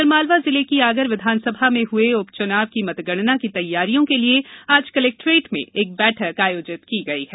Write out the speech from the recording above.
आगरमालवा जिले की आगर विधानसभा में हुए उपचुनाव की मतगणना की तैयारियों के लिये आज कलेक्ट्रेट में बैठक आयोजित की गई है